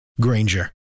Granger